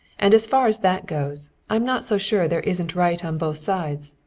and as far as that goes, i'm not so sure there isn't right on both sides.